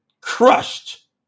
crushed